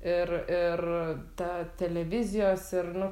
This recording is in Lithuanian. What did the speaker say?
ir ir ta televizijos ir nu